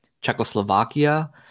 Czechoslovakia